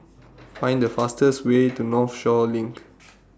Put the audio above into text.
Find The fastest Way to Northshore LINK